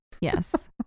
Yes